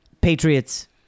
Patriots